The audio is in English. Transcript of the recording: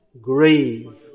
grave